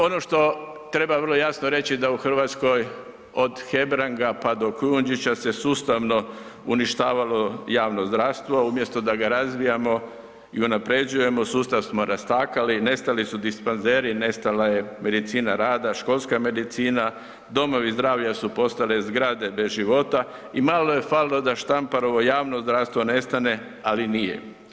Ono što treba vrlo jasno reći da u RH od Hebranga, pa do Kujundžića se sustavno uništavalo javno zdravstvo, umjesto da ga razvijamo i unapređujemo, sustav smo rastakali, nestali su dispanzeri, nestala je medicina rada, školska medicina, domovi zdravlja su postale zgrade bez života i malo je falilo da Štamparovo javno zdravstvo nestane, ali nije.